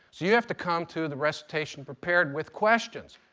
you you have to come to the recitation prepared with questions.